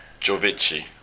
Jovici